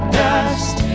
dust